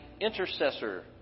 intercessor